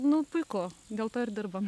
nu puiku dėl to ir dirbam